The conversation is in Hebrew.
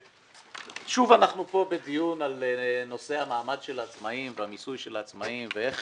שוב אנחנו כאן בדיון על נושא המעמד של העצמאים והמיסוי שלהם ואיך